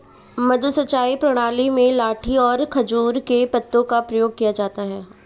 मद्दू सिंचाई प्रणाली में लाठी और खजूर के पत्तों का प्रयोग किया जाता है